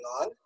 on